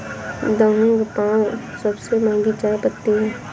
Da Hong Pao सबसे महंगी चाय पत्ती है